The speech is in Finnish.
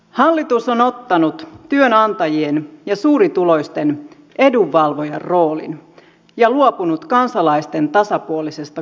hallitus on ottanut työnantajien ja suurituloisten edunvalvojan roolin ja luopunut kansalaisten tasapuolisesta kohtelusta